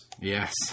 Yes